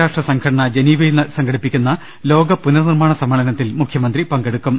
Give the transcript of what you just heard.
രാഷ്ട്രസംഘടന ജനീവയിൽ സംഘടിപ്പിക്കുന്ന ലോക പുന്റർനിർമ്മാണ സമ്മേ ളനത്തിൽ മുഖ്യമന്ത്രി പങ്കെടുക്കും